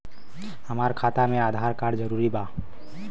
हमार खाता में आधार कार्ड जरूरी बा?